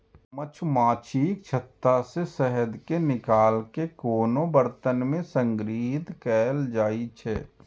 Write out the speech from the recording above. मछुमाछीक छत्ता सं शहद कें निकालि कें कोनो बरतन मे संग्रहीत कैल जाइ छै